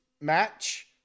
match